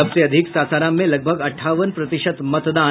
सबसे अधिक सासाराम में लगभग अठावन प्रतिशत मतदान